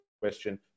question